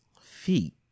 feet